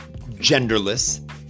genderless